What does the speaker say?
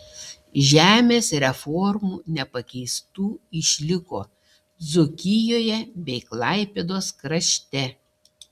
žemės reformų nepakeistų išliko dzūkijoje bei klaipėdos krašte